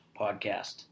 podcast